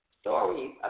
stories